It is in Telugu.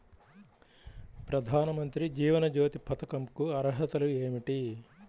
ప్రధాన మంత్రి జీవన జ్యోతి పథకంకు అర్హతలు ఏమిటి?